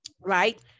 right